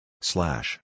Slash